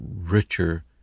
richer